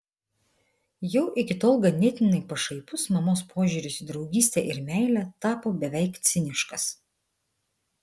jau iki tol ganėtinai pašaipus mamos požiūris į draugystę ir meilę tapo beveik ciniškas